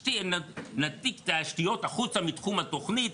נעתיק תשתיות החוצה מתחום התוכנית.